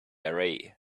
array